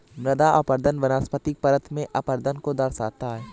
मृदा अपरदन वनस्पतिक परत में अपरदन को दर्शाता है